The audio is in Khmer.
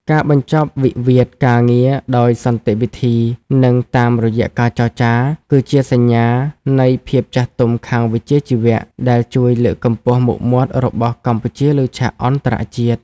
ការបញ្ចប់វិវាទការងារដោយសន្តិវិធី និងតាមរយៈការចរចា គឺជាសញ្ញានៃភាពចាស់ទុំខាងវិជ្ជាជីវៈដែលជួយលើកកម្ពស់មុខមាត់របស់កម្ពុជាលើឆាកអន្តរជាតិ។